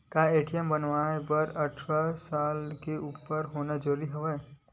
का ए.टी.एम बनवाय बर अट्ठारह साल के उपर होना जरूरी हवय?